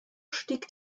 stieg